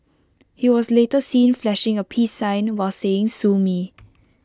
he was later seen flashing A peace sign while saying sue me